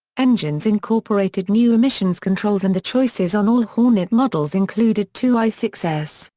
engines incorporated new emissions controls and the choices on all hornet models included two i six s,